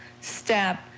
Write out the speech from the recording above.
step